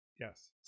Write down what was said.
yes